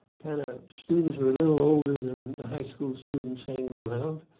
kind of, students were a little older than the high school students hanging around.